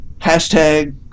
Hashtag